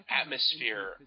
atmosphere